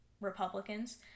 Republicans